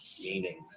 meaning